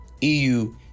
EU